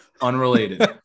unrelated